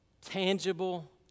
tangible